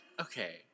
Okay